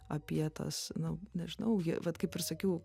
apie tas nu nežinau jie vat kaip ir sakiau